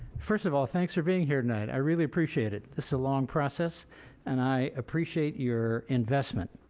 first of all, thanks for being here tonight. i really appreciate it. it's a long process and i appreciate your investment.